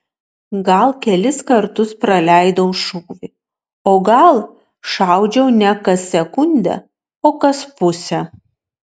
gal kelis kartus praleidau šūvį o gal šaudžiau ne kas sekundę o kas pusę